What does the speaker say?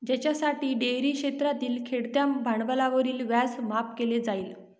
ज्यासाठी डेअरी क्षेत्रातील खेळत्या भांडवलावरील व्याज माफ केले जाईल